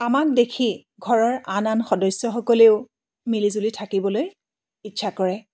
আমাক দেখি ঘৰৰ আন আন সদস্যসকলেও মিলি জুলি থাকিবলৈ ইচ্ছা কৰে